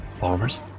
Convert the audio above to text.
Farmers